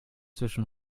zwischen